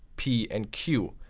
p and q.